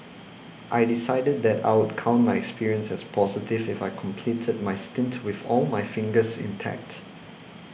I decided that I would count my experience as positive if I completed my stint with all my fingers intact